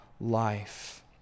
life